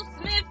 Smith